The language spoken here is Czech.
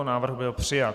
Návrh byl přijat.